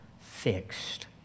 fixed